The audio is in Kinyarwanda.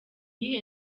iyihe